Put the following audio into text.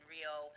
Rio